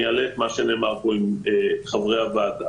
אני אעלה את מה שנאמר פה עם חברי הוועדה